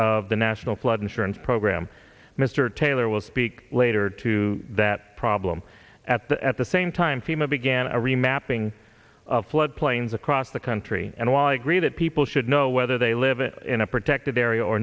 of the national flood insurance program mr taylor will speak later to that problem at the at the same time fema began a remapping of flood plains across the country and while i agree that people should know whether they live it in a protected area or